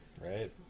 Right